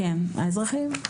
האזרחיים?